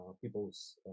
people's